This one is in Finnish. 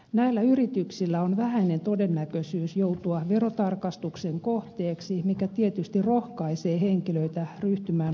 näillä yrityksillä on vähäinen todennäköisyys joutua verotarkastuksen kohteeksi mikä tietysti rohkaisee henkilöitä ryhtymään lainvastaiseen toimintaan